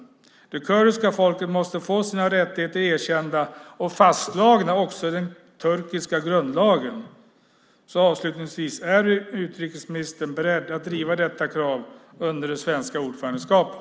Det kurdiska folket måste få sina rättigheter erkända och också fastslagna i den turkiska grundlagen. Avslutningsvis: Är utrikesministern beredd att driva detta krav under det svenska ordförandeskapet?